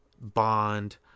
Bond